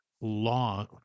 law